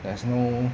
there's no